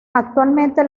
actualmente